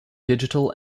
digital